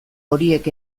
horiek